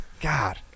God